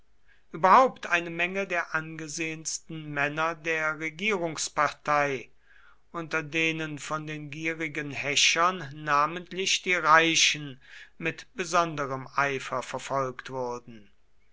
überhaupt eine menge der angesehensten männer der regierungspartei unter denen von den gierigen häschern namentlich die reichen mit besonderem eifer verfolgt wurden